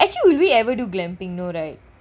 I actually would we ever do camping no right